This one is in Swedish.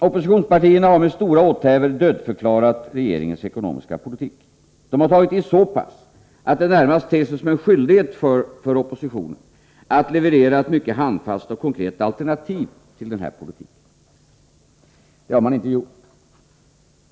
Oppositionspartierna har med stora åthävor dödförklarat regeringens ekonomiska politik. De har tagit i så pass att det närmast ter sig som en skyldighet för oppositionen att komma med ett mycket handfast och konkret alternativ till den här politiken. Det har man inte gjort.